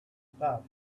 stuff